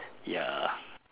ya